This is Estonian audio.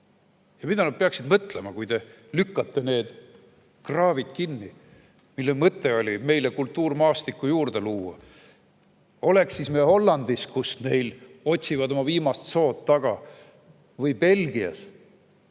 Mida nad peaksid mõtlema, kui te lükkate kinni need kraavid, mille mõte oli meile kultuurmaastikku juurde luua? Oleks me siis Hollandis, kus nad otsivad oma viimast sood taga, või Belgias!